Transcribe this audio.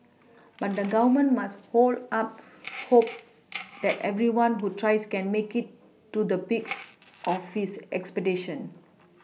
but the Government must up hope that everyone who tries can make it to the peak of his expectation